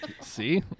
See